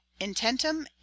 intentum